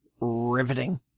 Riveting